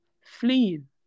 fleeing